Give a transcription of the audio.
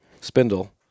spindle